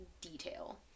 detail